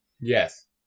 Yes